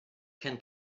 can